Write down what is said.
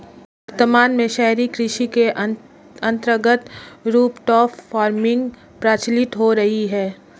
वर्तमान में शहरी कृषि के अंतर्गत रूफटॉप फार्मिंग प्रचलित हो रही है